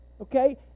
okay